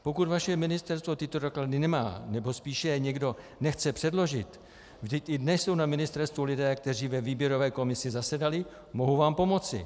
Pokud vaše ministerstvo tyto doklady nemá, nebo spíše je někdo nechce předložit, vždyť i dnes jsou na ministerstvu lidé, kteří ve výběrové komisi zasedali, mohu vám pomoci.